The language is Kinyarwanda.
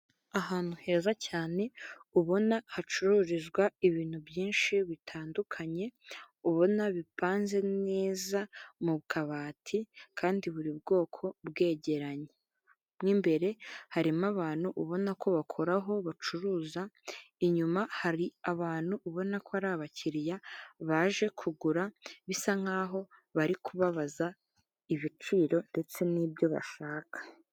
Ahantu heza cyane ubona hacururizwa ibintu byinshi bitandukanye, ubona bipanze neza mu kabati kandi buri bwoko bwegeranye. Mo imbere harimo abantu ubona ko bakora aho, bacuruza, inyuma hari abantu ubona ko ari abakiriya baje kugura, bisa nk'aho bari kubabaza ibiciro ndetse n'ibyo bashaka.